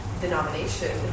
denomination